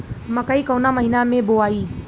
मकई कवना महीना मे बोआइ?